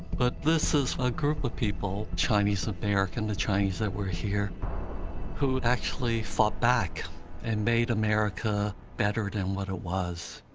but this is a group of people chinese-american, the chinese that were here who actually fought back and made america better than what it was,